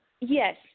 Yes